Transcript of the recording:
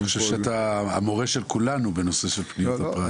אני חושב שאתה המורה של כולנו בנושא של פניות הפרט.